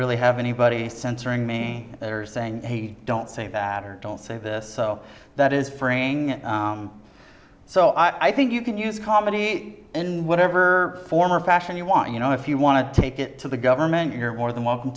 really have anybody censoring me that are saying don't say that or don't say this so that is freeing so i think you can use comedy in whatever form or fashion you want you know if you want to take it to the government you're more than welcome